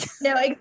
no